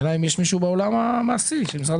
השאלה אם יש פה מישהו מן העולם המעשי של משרד